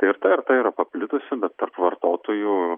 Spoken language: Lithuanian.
ir ta ir ta yra paplitusi bet tarp vartotojų